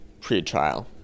pretrial